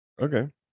Okay